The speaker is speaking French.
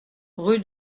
rue